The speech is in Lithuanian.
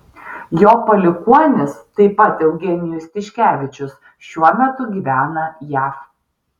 jo palikuonis taip pat eugenijus tiškevičius šiuo metu gyvena jav